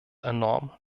enorm